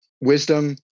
wisdom